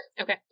Okay